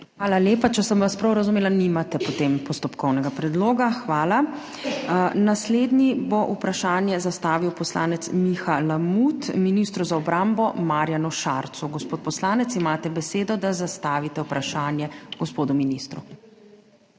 Hvala lepa. Če sem vas prav razumela, nimate postopkovnega predloga. Hvala. Naslednji bo vprašanje zastavil poslanec Miha Lamut ministru za obrambo Marjanu Šarcu. Gospod poslanec, imate besedo, da zastavite vprašanje gospodu ministru.